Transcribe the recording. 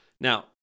Now